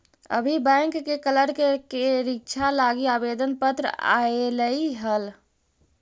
अभी बैंक के क्लर्क के रीक्षा लागी आवेदन पत्र आएलई हल